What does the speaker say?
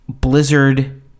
Blizzard